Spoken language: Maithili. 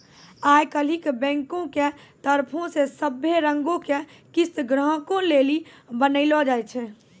आई काल्हि बैंको के तरफो से सभै रंगो के किस्त ग्राहको लेली बनैलो जाय छै